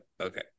Okay